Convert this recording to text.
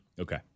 Okay